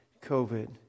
COVID